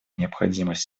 необходимость